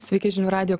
sveiki žinių radijo